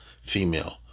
female